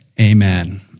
amen